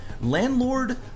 Landlord